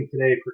today